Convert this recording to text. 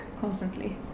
constantly